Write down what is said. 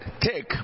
take